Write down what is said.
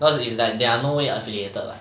cause it's like they are no way affiliated [what]